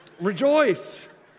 Rejoice